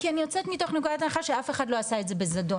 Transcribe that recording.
כי אני יוצאת מתוך נקודת הנחה שאף אחד לא עשה את זה בזדון,